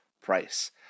price